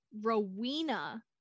Rowena